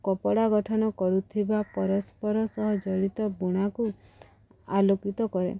କପଡ଼ା ଗଠନ କରୁଥିବା ପରସ୍ପର ସହ ଜଡ଼ିତ ବୁଣାକୁ ଆଲୋକିତ କରେ